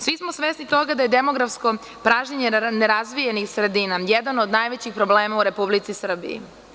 Svi smo svesni toga da je demografsko pražnjenje nerazvijenih sredina jedan od najvećih problema u Republici Srbiji.